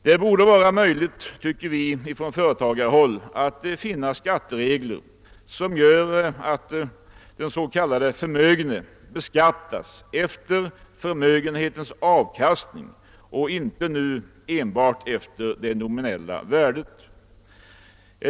Det borde vara möjligt, tycker vi från företagarhåll, att finna skatteregler enligt vilka den s.k. förmögenheten beskattas efter förmögenhetens avkastning och inte enbart efter dess nominella värde.